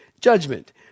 Judgment